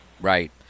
right